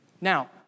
Now